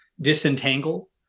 disentangle